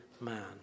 man